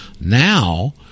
now